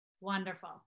Wonderful